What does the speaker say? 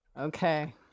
okay